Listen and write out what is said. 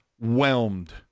whelmed